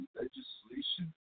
legislation